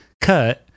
Kurt